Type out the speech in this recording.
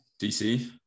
DC